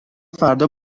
فردا